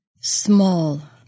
Small